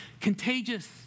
contagious